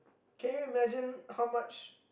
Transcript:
can you imagine how much